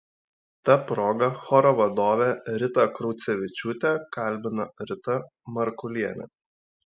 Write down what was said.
ta proga choro vadovę ritą kraucevičiūtę kalbina rita markulienė